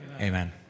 Amen